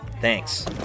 Thanks